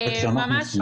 להתגייס.